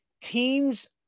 Teams